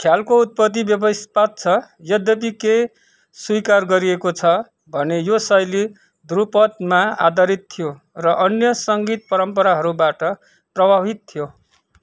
ख्यालको उत्पत्ति विवादास्पद छ यद्यपि के स्वीकार गरिएको छ भने यो शैली ध्रूपदमा आधारित थियो र अन्य सङ्गीत परम्पराहरूबाट प्रभावित थियो